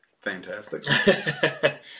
fantastic